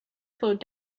flowed